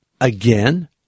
again